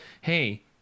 hey